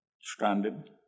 stranded